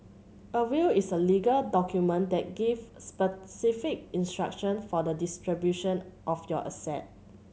a will is a legal document that give specific instruction for the distribution of your asset